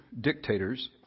dictators